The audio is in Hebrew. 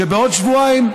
לעוד שבועיים,